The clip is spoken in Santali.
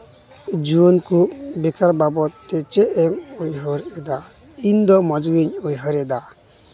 ᱡᱩᱣᱟᱹᱱ ᱠᱚ ᱵᱮᱠᱟᱨ ᱵᱟᱵᱚᱫ ᱛᱮ ᱪᱮᱫ ᱮᱢ ᱩᱭᱦᱟᱹᱨ ᱮᱫᱟ ᱤᱧᱫᱚ ᱢᱚᱡᱽ ᱜᱮ ᱩᱭᱦᱟᱹᱨ ᱮᱫᱟ